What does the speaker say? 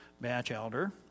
Batchelder